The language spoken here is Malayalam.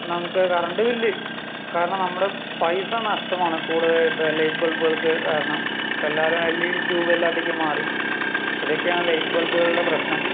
നമുക്ക് കറൻറ്റ് ബില്ല് കാരണം നമ്മുടെ പൈസ നഷ്ടമാണ് കൂടുതലായിട്ടും ലൈറ്റ് ബൾബുകൾക്ക് കാരണം ഇപ്പം എല്ലാവരും എൽ ഇ ഡി ട്യൂബ് എല്ലാറ്റിലേക്കും മാറി ഇതെക്കെയാണ് ലൈറ്റ് ബൾബുകളുടെ പ്രശ്നം